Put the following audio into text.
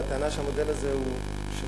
או הטענה שהמודל הזה הוא שבור,